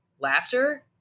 laughter